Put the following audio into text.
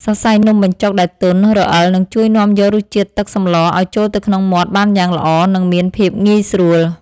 សរសៃនំបញ្ចុកដែលទន់រអិលនឹងជួយនាំយករសជាតិទឹកសម្លឱ្យចូលទៅក្នុងមាត់បានយ៉ាងល្អនិងមានភាពងាយស្រួល។